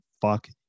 fuck